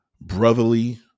brotherly